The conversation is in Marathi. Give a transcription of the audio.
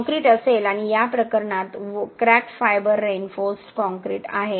काँक्रीट असेल आणि या प्रकरणात क्रॅक्ड फायबर रेइनफोर्सडकाँक्रीट आहे